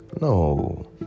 No